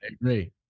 agree